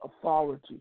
authority